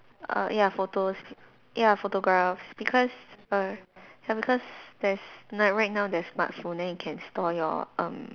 err ya photos ya photographs because err ya because there's like right now there's smartphone then you can store your um